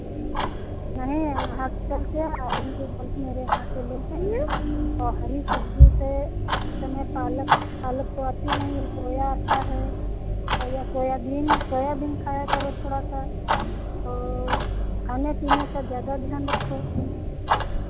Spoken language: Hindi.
नहीं हॉस्पिटल से आयरन की गोली मेरे वहाँ से ले जाइए और हरी सब्ज़ी से इस समय पालक पालक तो आती नहीं है सोया आता है या सोयाबीन सोयाबीन खाया करो थोड़ा सा और खाने पीने का ज़्यादा ध्यान रखो